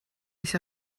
mich